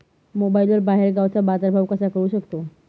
मोबाईलवर बाहेरगावचा बाजारभाव कसा कळू शकतो?